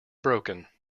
broken